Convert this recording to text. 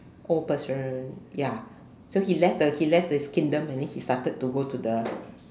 old person ya so he left the he left his kingdom and then he started to go to the